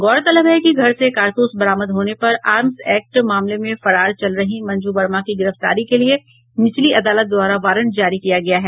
गौरतलब है कि घर से कारतूस बरामद होने पर आर्म्स एक्ट मामले में फरार चल रही मंजू वर्मा की गिरफ्तारी के लिये निचली अदालत द्वारा वारंट जारी किया गया है